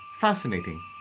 Fascinating